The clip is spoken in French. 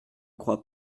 crois